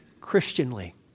Christianly